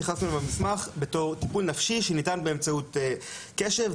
התייחסנו לפסיכותרפיה בתור טיפול נפשי שניתן באמצעות קשב,